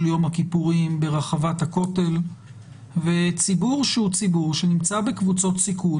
יום הכיפורים ברחבת הכותל וציבור שהוא ציבור שנמצא בקבוצות סיכון,